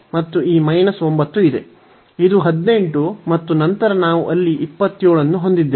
ಇದು 18 ಮತ್ತು ನಂತರ ನಾವು ಅಲ್ಲಿ 27 ಅನ್ನು ಹೊಂದಿದ್ದೇವೆ